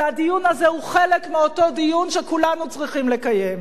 והדיון הזה הוא חלק מאותו דיון שכולנו צריכים לקיים.